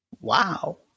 Wow